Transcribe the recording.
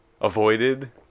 avoided